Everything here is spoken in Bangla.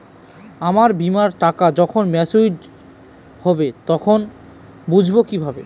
আমার বীমার টাকা যখন মেচিওড হবে তখন বুঝবো কিভাবে?